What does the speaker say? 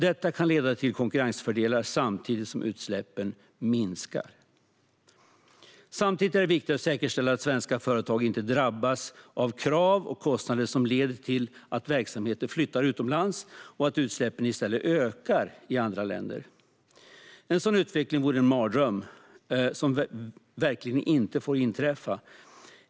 Detta kan leda till konkurrensfördelar samtidigt som utsläppen minskar. Samtidigt är det viktigt att säkerställa att svenska företag inte drabbas av krav och kostnader som leder till att verksamheter flyttar utomlands och att utsläppen i stället ökar i andra länder. En sådan utveckling vore en mardröm, som verkligen inte får inträffa.